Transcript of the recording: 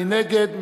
מי נגד?